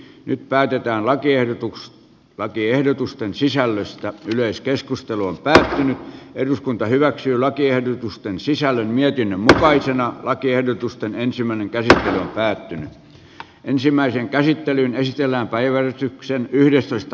nyt päätetään lakiehdotusten sisällöstä yleiskeskusteluun pääsee nyt eduskunta hyväksyy lakiehdotusten sisällön mietin kaltaisena lakiehdotusten ensimmäinen peli päättyi ensimmäiseen käsittelyyn esitellään päiväyrityksen yhdestoista